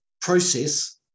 process